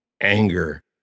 anger